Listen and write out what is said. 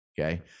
Okay